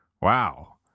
Wow